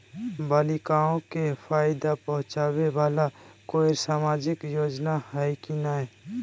बालिकाओं के फ़ायदा पहुँचाबे वाला कोई सामाजिक योजना हइ की नय?